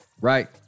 Right